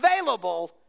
available